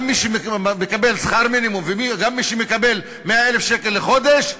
גם מי שמקבל שכר מינימום וגם מי שמקבל 100,000 שקל לחודש,